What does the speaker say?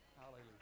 Hallelujah